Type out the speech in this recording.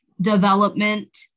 development